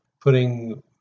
putting